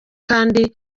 kandi